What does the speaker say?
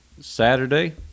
Saturday